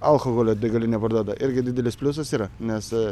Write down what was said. alkoholio degalinė parduoda irgi didelis pliusas yra nes